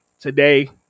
Today